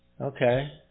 Okay